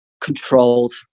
controlled